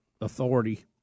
authority